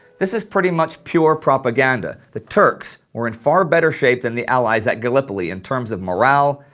this is pretty much pure propaganda the turks were in far better shape than the allies at gallipoli in terms of morale,